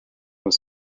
was